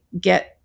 get